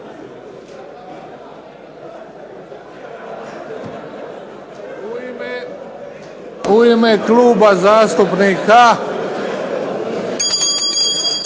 U ime kluba zastupnika